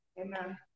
Amen